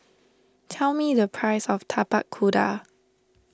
tell me the price of Tapak Kuda